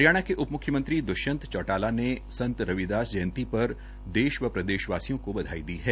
हरियाणा के उप म्ख्यमंत्री द्वष्यंत चौटाला ने संत रविदास जयंती पर देश व प्रदेश वासियों को बधाई दी है